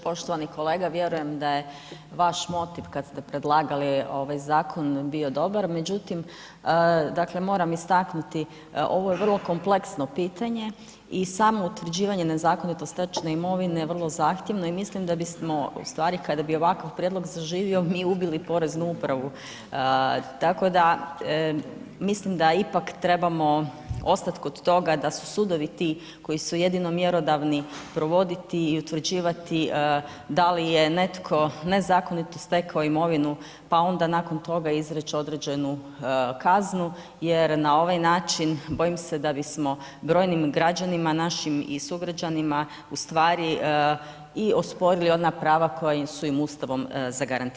Poštovani kolega, vjerujem da je vaš motiv kad ste predlagali ovaj zakon bio dobar, međutim, dakle, moram istaknuti ovo je vrlo kompleksno pitanje i samo utvrđivanje nezakonito stečene imovine je vrlo zahtjevno i mislim da bismo, u stvari kada bi ovakav prijedlog zaživo, mi ubili poreznu upravu, tako da mislim da ipak trebamo ostat kod toga da su sudovi ti koji su jedino mjerodavni provoditi i utvrđivati da li je netko nezakonito stekao imovinu, pa onda nakon toga izreć određenu kaznu jer na ovaj način bojim se da bismo brojnim građanima našim i sugrađanima u stvari i osporili ona prava koja su im ustavom zagarantirana.